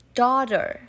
daughter